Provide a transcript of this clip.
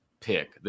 pick